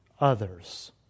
Others